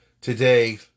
today